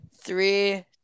Three